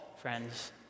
friends